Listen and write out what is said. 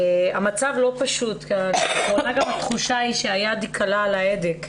המצב לא פשוט ואולי גם התחושה היא שהיד קלה על ההדק.